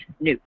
new